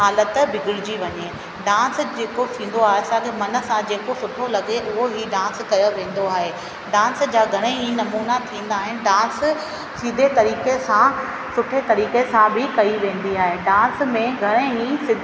हालति बिगड़जी वञे डांस जेको थींदो आहे असांखे मन सां जेको सुठो लॻे उहो ई डांस कयो वेंदो आहे डांस जा घणा ई नमूना थींदा आहिनि डांस सीधे तरीक़े सां सुठे तरीक़े सां बि कई वेंदी आहे डांस में घणे ई